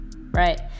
right